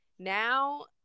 now